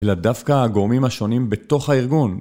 אלא דווקא הגורמים השונים בתוך הארגון.